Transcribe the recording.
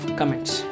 comments